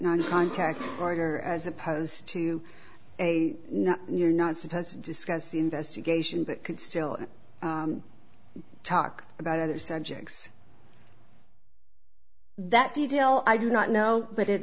non contact order as opposed to a you're not supposed to discuss the investigation but could still talk about other subjects that detail i do not know but it